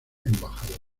embajador